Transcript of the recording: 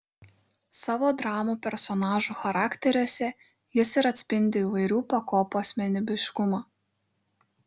savo dramų personažų charakteriuose jis ir atspindi įvairių pakopų asmenybiškumą